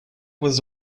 was